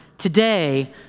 Today